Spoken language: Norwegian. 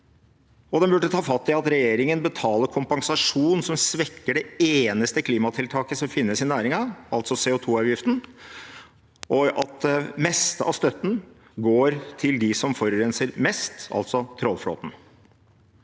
ha tatt fatt i at regjeringen betaler kompensasjon som svekker det eneste klimatiltaket som finnes i næringen, altså CO2-avgiften, og at det meste av støtten går til dem som forurenser mest, altså trålflåten.